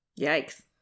yikes